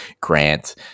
Grant